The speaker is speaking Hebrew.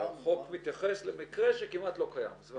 החוק מתייחס למקרה שכמעט לא קיים.